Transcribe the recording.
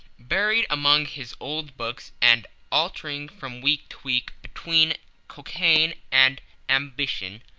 buried among his old books, and alternating from week to week between cocaine and ambition,